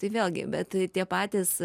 tai vėlgi bet tie patys